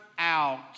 out